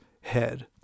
head